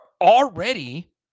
already